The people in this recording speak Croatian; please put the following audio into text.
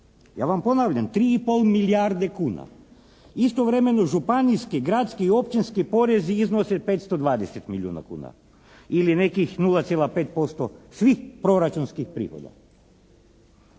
Ja vam ponavljam, 3 i pol milijarde kuna. Istovremeno županijski, gradski, općinski porezi iznose 520 milijuna kuna. Ili nekih 0,5% svih proračunskih prihoda.